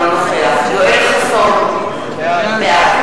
נוכח יואל חסון, בעד